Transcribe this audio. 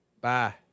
Bye